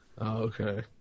okay